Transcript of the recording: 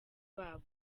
babo